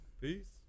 Peace